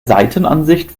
seitenansicht